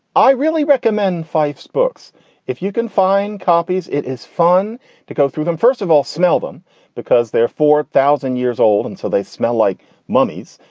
i really recommend fifes books if you can. find copies. it is fun to go through them, first of all, smell them because they're four thousand years old and so they smell like mummies.